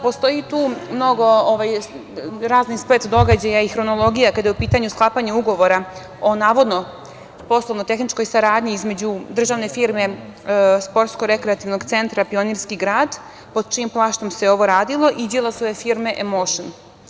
Postoji tu razni splet događaja i hronologija, kada je u pitanju sklapanje ugovora o navodno poslovno-tehničkoj saradnji između državne firme SRC „Pionirski grad“, pod čijim plaštom se radilo, i Đilasove firme „Emoušn“